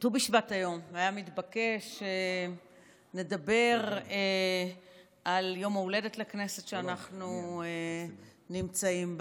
בט"ו בשבט היום היה מתבקש לדבר על יום ההולדת לכנסת שאנחנו נמצאים בה,